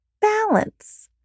balance